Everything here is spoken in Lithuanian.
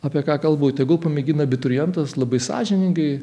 apie ką kalbu tegul pamėgina abiturientas labai sąžiningai